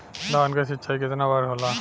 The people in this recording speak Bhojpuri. धान क सिंचाई कितना बार होला?